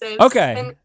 Okay